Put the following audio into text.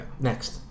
Next